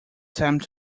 time